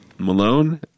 Malone